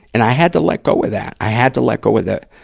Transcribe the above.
and i had to let go of that. i had to let go of the,